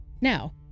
Now